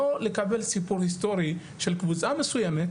לא לקבל סיפור היסטורי של קבוצה מסוימת,